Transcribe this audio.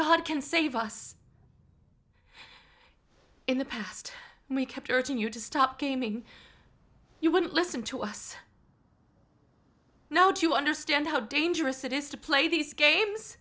god can save us in the past we kept urging you to stop gaming you wouldn't listen to us now do you understand how dangerous it is to play these games